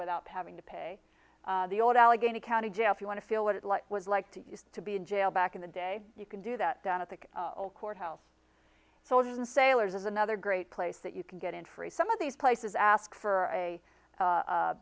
without having to pay the old allegheny county jail if you want to feel what it was like to use to be in jail back in the day you can do that down at the courthouse soldiers and sailors is another great place that you can get in free some of these places ask for a